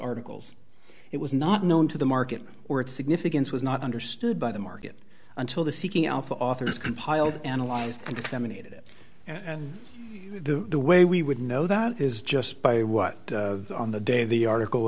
articles it was not known to the market or its significance was not understood by the market until the seeking alpha authors compiled analyzed and disseminated it and the way we would know that is just by what on the day the article